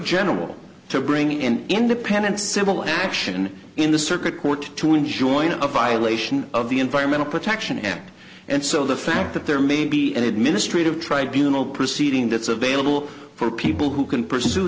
general to bring an independent civil action in the circuit court to enjoin of violation of the environmental protection act and so the fact that there may be an administrative tribunals proceeding that's available for people who can pursue